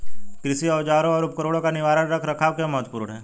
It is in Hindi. कृषि औजारों और उपकरणों का निवारक रख रखाव क्यों महत्वपूर्ण है?